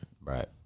Right